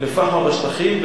לְפחמה בשטחים.